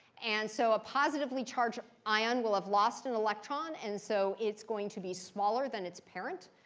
and so a positively charged ion will have lost an electron, and so it's going to be smaller than its parent.